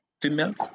females